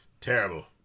terrible